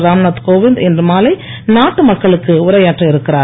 ராம்நாத் கோவிந்த் இன்று மாலை நாட்டு மக்களுக்கு உரையாற்ற இருக்கிறார்